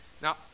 Now